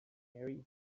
harry